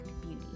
Beauty